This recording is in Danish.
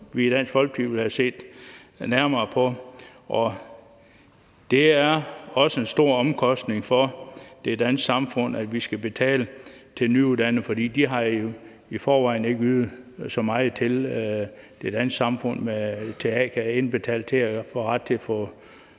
som vi i Dansk Folkeparti vil have set nærmere på. Det er en stor omkostning for det danske samfund, at vi skal betale til nyuddannede, for de har jo i forvejen ikke ydet så meget til det danske samfund eller indbetalt til at få ret til at få